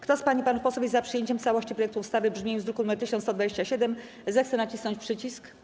Kto z pań i panów posłów jest za przyjęciem w całości projektu ustawy w brzmieniu z druku nr 1127, zechce nacisnąć przycisk.